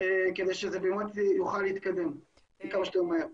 כדי שזה באמת יוכל להתקדם וכמה שיותר מהר.